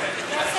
יש.